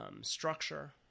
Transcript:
structure